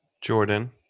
Jordan